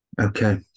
Okay